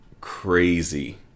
crazy